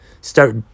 start